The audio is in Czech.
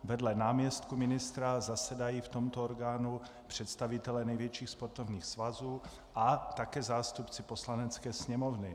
Vedle náměstků ministra zasedají v tomto orgánu představitelé největších sportovních svazů a také zástupci Poslanecké sněmovny.